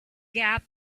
gap